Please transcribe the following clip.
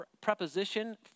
preposition